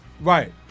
Right